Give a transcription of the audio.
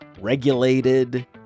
regulated